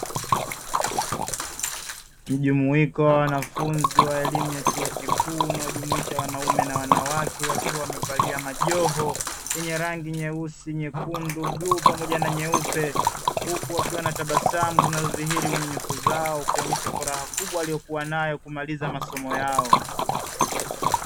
Mjumuiko wa wanafunzi wa elimu ya chuo kikuu unaojumuisha wanaume na wanawake wakiwa wamevalia majoho yenye rangi: nyeusi, nyekundu, bluu, pamoja na nyeupe. Huku wakiwa na tabasamu zinazodhihiri kwenye nyuso zao kuonyesha furaha kubwa waliokuwa nayo kumaliza masomo yao.